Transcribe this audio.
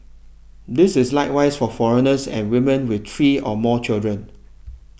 this is likewise for foreigners and women with three or more children